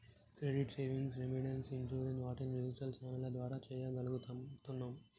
credit, savings, remittance, insurance వంటివి digital ఛానెల్ల ద్వారా చెయ్యగలుగుతున్నాం